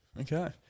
okay